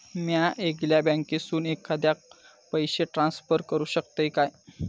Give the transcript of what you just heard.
म्या येगल्या बँकेसून एखाद्याक पयशे ट्रान्सफर करू शकतय काय?